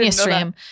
stream